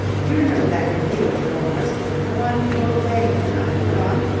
you remember that revue of fillmore's the one we both begged him not to put on.